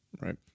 Right